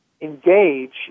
engage